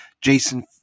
Jason